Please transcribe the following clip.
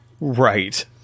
Right